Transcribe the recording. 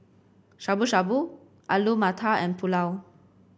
Shabu Shabu Alu Matar and Pulao